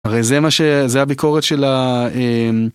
הרי זה מה ש..זה הביקורת שלה..